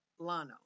Lano